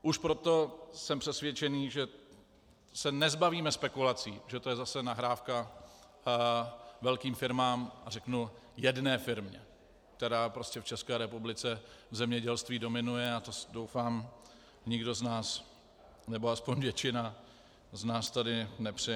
Už proto jsem přesvědčený, že se nezbavíme spekulací, že to je zase nahrávka velkým firmám, řeknu jedné firmě, která prostě v České republice v zemědělství dominuje, a to si doufám nikdo z nás, nebo aspoň většina z nás tady nepřeje.